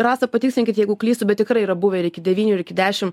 rasa patikslinkit jeigu klystu bet tikrai yra buvę ir iki devynių iki dešim